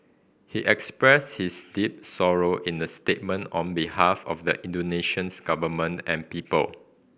he expressed his deep sorrow in a statement on behalf of the Indonesians government and people